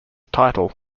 title